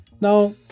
Now